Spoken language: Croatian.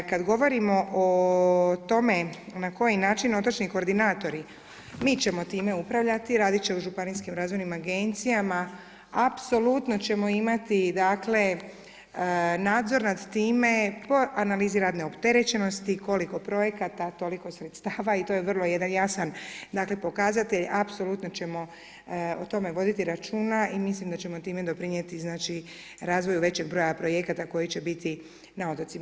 Kad govorimo o tome na koji način otočni koordinatori, mi ćemo time upravljati radit će u županijskim razvojnim agencijama, apsolutno ćemo imati dakle nadzor nad time po analizi radne opterećenosti, koliko projekata, toliko sredstva i to je vrlo jedan jasan dakle pokazatelj, apsolutno ćemo o tome voditi računa i mislim da ćemo time doprinijeti razvoju većeg broja projekata koji će biti na otocima.